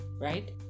right